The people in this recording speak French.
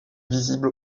visible